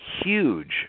huge